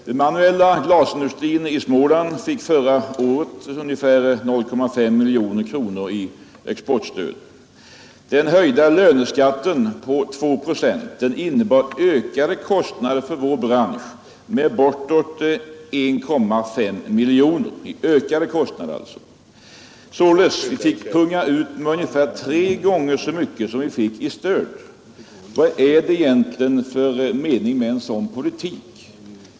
Den manuella glasindustrin i Småland fick förra året ungefär 0,5 miljoner kronor i exportstöd. Den höjda löneskatten på två procent innebär ökade kostnader för vår bransch med bortåt 1,5 miljoner. Vi fick punga ut med ungefär tre gånger så mycket som vi fick i stöd. Vad är det egentligen för mening med en sådan politik?